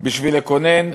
בשביל לקונן.